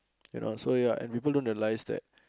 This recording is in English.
you know so ya and people don't realise that